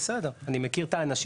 בסדר, אני מכיר את האנשים.